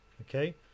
okay